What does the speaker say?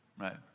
right